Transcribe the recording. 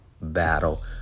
battle